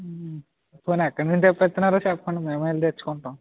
పోనీ ఎక్కడి నుంచి తెప్పిస్తున్నారో చెప్పండి మేమే వెళ్ళి తెచ్చుకుంటాము